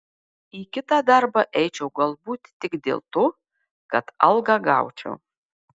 į kitą darbą eičiau galbūt tik dėl to kad algą gaučiau